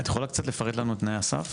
את יכולה לפרט לנו את תנאי הסף?